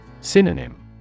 Synonym